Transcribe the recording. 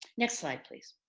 next slide please.